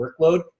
workload